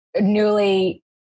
newly